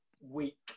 week